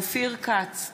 אופיר כץ,